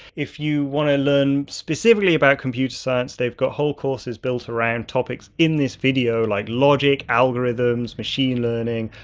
if you want to learn specifically about computers science they have got whole courses built around topics in this video like logic, algorithms, machine learning,